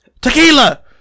Tequila